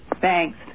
Thanks